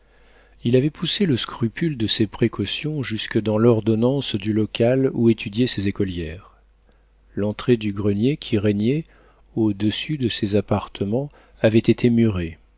il avait poussé le scrupule de ses précautions jusque dans l'ordonnance du local où étudiaient ses écolières l'entrée du grenier qui régnait au-dessus de ses appartements avait été murée